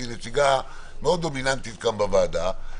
שהיא נציגה מאוד דומיננטית כאן בוועדה,